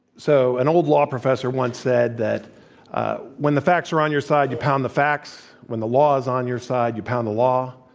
so, an old law professor once said that when the facts are on your side, you pound the facts. when the law is on your side, you pound the law.